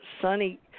sunny